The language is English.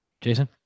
Jason